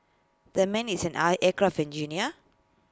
that man is an aircraft engineer